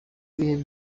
ibihe